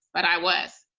but i was,